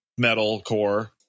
metalcore